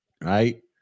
right